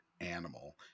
animal